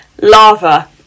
lava